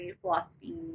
philosophy